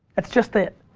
that's just it.